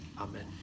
Amen